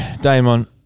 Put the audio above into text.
Damon